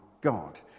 God